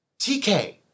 TK